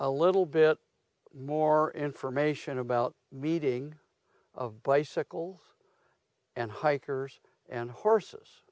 a little bit more information about meeting of bicycles and hikers and horses